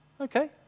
Okay